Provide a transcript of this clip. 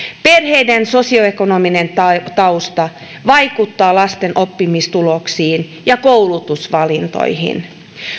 perheiden sosioekonominen tausta vaikuttaa lasten oppimistuloksiin ja koulutusvalintoihin